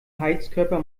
heizkörper